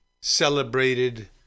celebrated